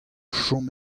chom